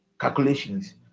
calculations